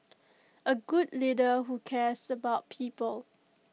A good leader who cares about people